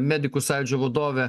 medikų sąjūdžio vadovė